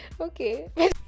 Okay